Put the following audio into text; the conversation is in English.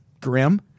grim